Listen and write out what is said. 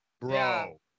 Bro